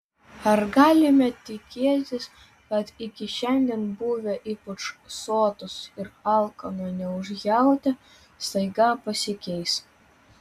ar galime tikėtis kad iki šiandien buvę ypač sotūs ir alkano neužjautę staiga pasikeis